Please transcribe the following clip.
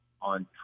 on